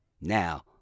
Now